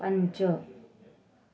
पञ्च